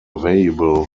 available